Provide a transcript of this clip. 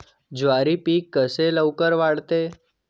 ज्वारी पीक कसे लवकर वाढते?